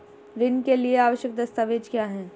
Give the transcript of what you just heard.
ऋण के लिए आवश्यक दस्तावेज क्या हैं?